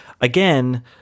again